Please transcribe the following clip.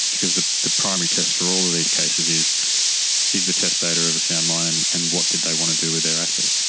because the the primary test for all of these cases is is the testator of a sound mind and what did they want to do with their assets?